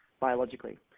biologically